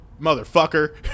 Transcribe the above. motherfucker